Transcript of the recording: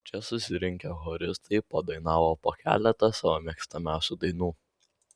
čia susirinkę choristai padainavo po keletą savo mėgstamiausių dainų